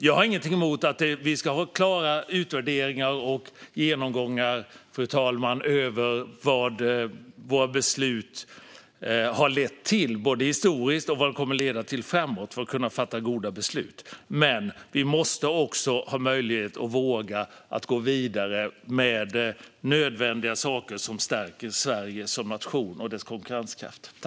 Jag har inget emot att vi ska ha klara utvärderingar och genomgångar, fru talman, av vad våra beslut har lett till historiskt och av vad de kommer att leda till framåt för att vi ska kunna fatta goda beslut, men vi måste också våga och ha möjlighet att gå vidare med nödvändiga saker som stärker Sverige som nation och Sveriges konkurrenskraft.